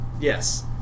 Yes